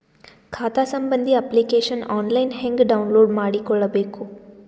ಖಾತಾ ಸಂಬಂಧಿ application online ಹೆಂಗ್ ಡೌನ್ಲೋಡ್ ಮಾಡಿಕೊಳ್ಳಬೇಕು?